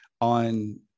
on